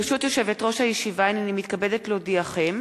ברשות יושבת-ראש הישיבה, הנני מתכבדת להודיעכם